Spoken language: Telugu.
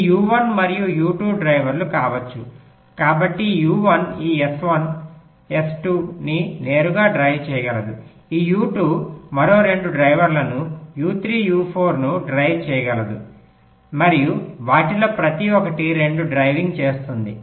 ఈ U1 మరియు U2 డ్రైవర్లు కావచ్చు కాబట్టి ఈ U1 ఈ S1 S2 ని నేరుగా డ్రైవ్ చేయగలదు ఈ U2 మరో 2 డ్రైవర్లను U3 U4 ను డ్రైవ్ చేయగలదు మరియు వాటిలో ప్రతి ఒక్కటి 2 డ్రైవింగ్ చేస్తుంది